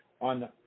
on